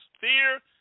fear